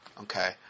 Okay